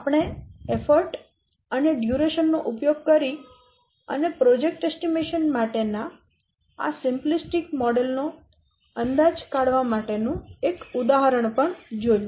આપણે પ્રયત્નો અને સમય નો ઉપયોગ કરીને પ્રોજેક્ટ અંદાજ માટેના આ સિમ્પ્લિસ્ટિક મોડેલ નો અંદાજ કાઢવા માટે નું એક ઉદાહરણ પણ જોયું